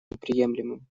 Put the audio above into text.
неприемлемым